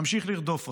ממשיך לרדוף אותו.